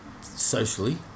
socially